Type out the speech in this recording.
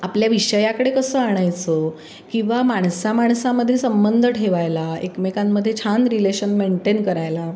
आपल्या विषयाकडे कसं आणायचं किंवा माणसामाणसामध्ये संबंध ठेवायला एकमेकांमध्ये छान रिलेशन मेंटेन करायला